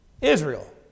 Israel